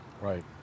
right